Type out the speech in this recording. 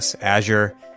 Azure